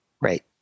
Right